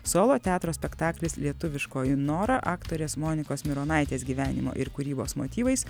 solo teatro spektaklis lietuviškoji nora aktorės monikos mironaitės gyvenimo ir kūrybos motyvais